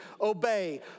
obey